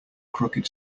crooked